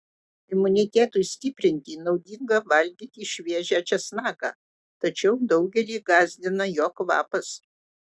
imunitetui stiprinti naudinga valgyti šviežią česnaką tačiau daugelį gąsdina jo kvapas